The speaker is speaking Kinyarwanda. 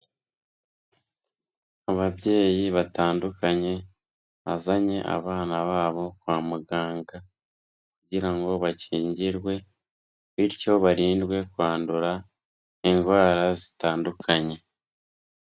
Ababyeyi batandukanye bazanye abana babo kwa muganga kugira ngo bakingirwe bityo barindwe kwandura indwara zitandukanye.